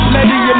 Lady